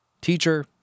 teacher